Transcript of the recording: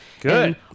Good